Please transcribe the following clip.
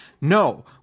No